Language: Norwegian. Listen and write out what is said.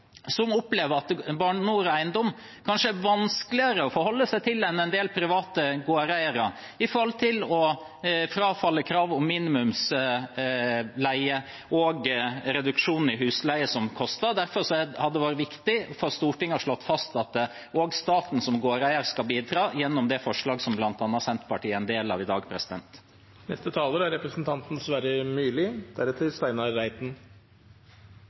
at Bane NOR Eiendom kanskje er vanskeligere å forholde seg til enn en del private gårdeiere når det gjelder å frafalle kravet om minimumsleie og reduksjon i husleie – som koster. Derfor hadde det vært viktig for Stortinget å slå fast at også staten som gårdeier skal bidra – gjennom det forslaget som bl.a. Senterpartiet er en del av i dag. Landet vårt er